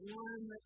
one